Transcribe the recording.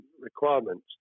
requirements